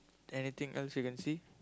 anything else you can see